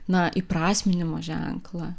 na įprasminimo ženklą